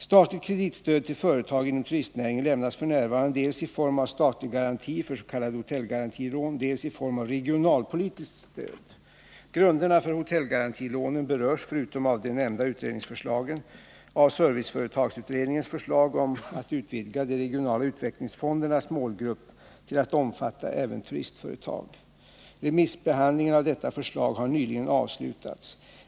Statligt kreditstöd till företag inom turistnäringen lämnas f. n. dels i form av statlig garanti för s.k. hotellgarantilån, dels i form av regionalpolitiskt stöd. Grunderna för hotellgarantilånen berörs — förutom av de nämnda utredningsförslagen — av serviceföretagsutredningens förslag att utvidga de regionala utvecklingsfondernas målgrupp till att omfatta även turistföretag. Remissbehandlingen av detta förslag har nyligen avslutats.